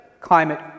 climate